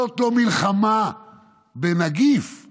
זאת לא מלחמה בנגיף;